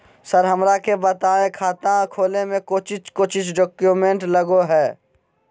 Sir हमरा के बताएं खाता खोले में कोच्चि कोच्चि डॉक्यूमेंट लगो है?